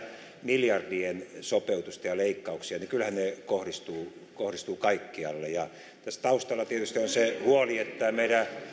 miljardien sopeutusta ja leikkauksia niin kyllähän ne kohdistuvat kaikkialle tässä taustalla tietysti on se huoli että meidän